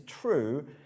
true